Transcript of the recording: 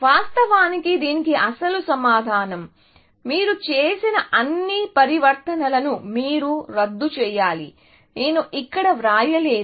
వాస్తవానికి దీనికి అసలు సమాధానం మీరు చేసిన అన్ని పరివర్తనలను మీరు రద్దు చేయాలి నేను ఇక్కడ వ్రాయలేదు